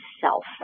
self